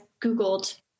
Googled